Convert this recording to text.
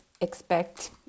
expect